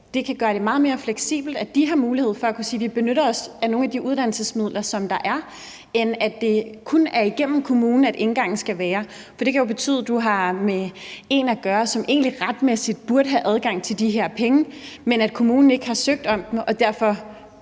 det at inddrage f.eks. a-kasserne – som har mulighed for at kunne sige: Vi benytter os af nogle af de uddannelsesmidler, der er – kan gøre det meget mere fleksibelt, end hvis det kun er igennem kommunen, at indgangen skal være. For det kan jo betyde, at du har med én at gøre, som egentlig retmæssigt burde have adgang til de her penge, men at kommunen ikke har søgt om dem og derfor